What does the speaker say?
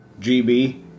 GB